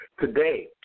Today